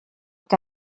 que